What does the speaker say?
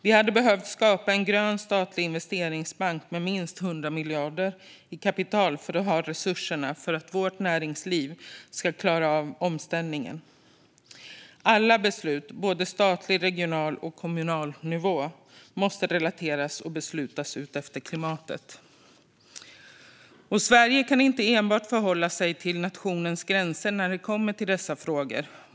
Vi hade behövt skapa en grön statlig investeringsbank med minst 100 miljarder i kapital för att ha resurser så att vårt näringsliv kan klara av omställningen. Alla beslut på statlig, regional och kommunal nivå måste relateras till och beslutas utifrån klimatet. Sverige kan inte enbart förhålla sig till nationens gränser när det kommer till dessa frågor.